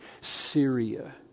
Syria